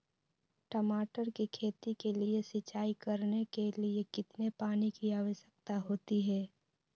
टमाटर की खेती के लिए सिंचाई करने के लिए कितने पानी की आवश्यकता होती है?